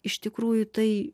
iš tikrųjų tai